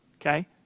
okay